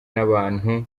n’abantu